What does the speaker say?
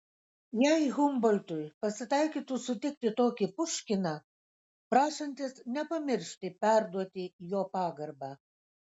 jei humboltui pasitaikytų sutikti tokį puškiną prašantis nepamiršti perduoti jo pagarbą